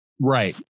Right